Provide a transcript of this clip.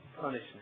punishment